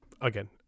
again